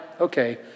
okay